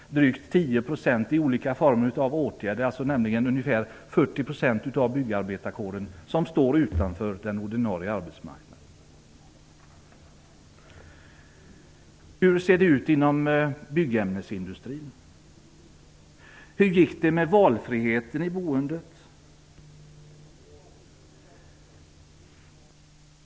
Drygt 10 % är föremål för olika former av åtgärder. Det är alltså ungefär 40 % av byggarbetarkåren som står utanför den ordinarie arbetsmarknaden. Hur ser det ut inom byggämnesindustrin? Hur gick det med valfriheten i boendet?